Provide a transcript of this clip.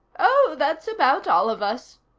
oh, that's about all of us,